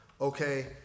Okay